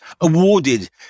awarded